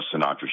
Sinatra